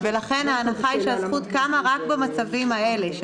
ההנחה היא שהזכות קמה רק במצבים האלה,